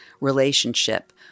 relationship